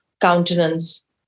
countenance